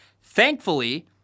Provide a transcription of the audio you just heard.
Thankfully